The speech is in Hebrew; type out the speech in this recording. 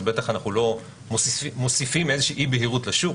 בטח אנחנו לא מוסיפים איזה אי-בהירות לשוק.